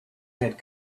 had